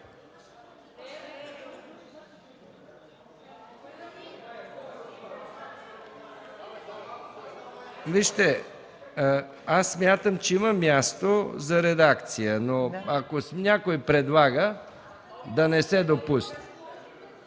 Аз смятам, че има място за редакция, но ако някой предлага, да не се допуска.